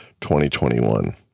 2021